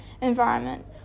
environment